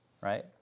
right